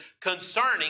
concerning